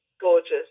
gorgeous